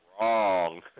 wrong